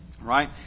Right